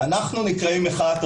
אנחנו נקראים מחאת הריבון.